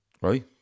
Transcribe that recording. right